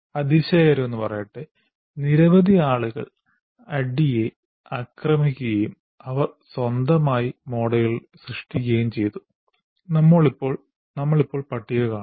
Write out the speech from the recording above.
അതിശയകരമെന്നു പറയട്ടെ നിരവധി ആളുകൾ ADDIE യെ ആക്രമിക്കുകയും അവർ സ്വന്തമായി മോഡലുകൾ സൃഷ്ടിക്കുകയും ചെയ്തു നമ്മൾ ഇപ്പോൾ പട്ടിക കാണും